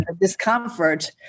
discomfort